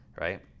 right